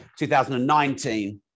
2019